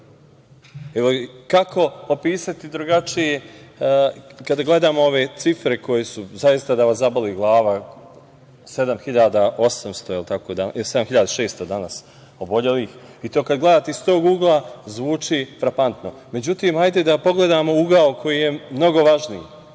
opisati drugačije kada gledamo ove cifre koje su zaista da vas zaboli glava - 7.600 danas obolelih? To kada gledate iz tog ugla zvuči frapantno. Međutim, hajde da pogledamo ugao koji je mnogo važniji.